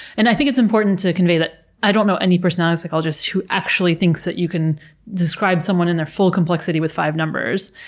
and i think it's important to convey that i don't know any personality psychologist who actually thinks that you can describe someone in their full complexity with five numbers,